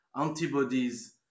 antibodies